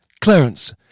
Clarence